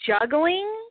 juggling